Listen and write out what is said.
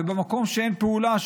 ובמקום שאין פעולה,